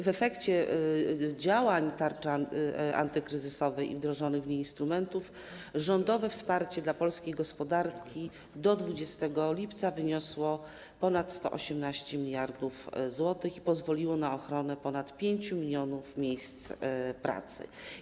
W efekcie działań tarczy antykryzysowej i zastosowania wdrożonych w niej instrumentów rządowe wsparcie dla polskiej gospodarki do 20 lipca wyniosło ponad 118 mld zł i pozwoliło na ochronę ponad 5 mln miejsc pracy.